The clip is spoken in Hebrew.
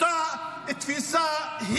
אותה תפיסה,